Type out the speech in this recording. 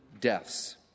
deaths